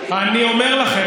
אני אומר לכם,